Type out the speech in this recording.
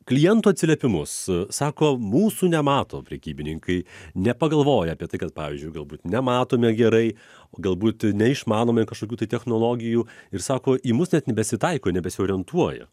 klientų atsiliepimus sako mūsų nemato prekybininkai nepagalvoja apie tai kad pavyzdžiui galbūt nematome gerai o galbūt neišmanome kažkokių tai technologijų ir sako į mus net nebesitaiko nebesiorientuoja